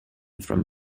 from